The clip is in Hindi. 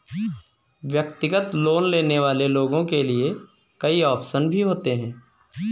व्यक्तिगत लोन लेने वाले लोगों के लिये कई आप्शन भी होते हैं